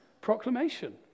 proclamation